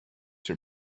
her